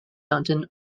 mountain